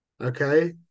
Okay